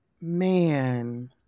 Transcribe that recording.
Man